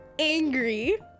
Angry